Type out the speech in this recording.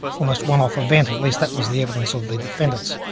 almost one-off event. at least, that was the evidence of the defendants.